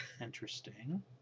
Interesting